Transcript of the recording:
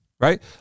right